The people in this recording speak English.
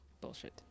bullshit